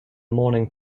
morning